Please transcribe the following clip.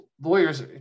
lawyers